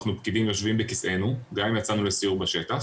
אנחנו פקידים יושבים בכיסאנו גם אם יצאנו לסיור בשטח.